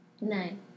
Nine